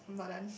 not done